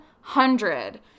hundred